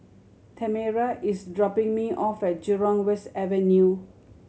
Tamera is dropping me off at Jurong West Avenue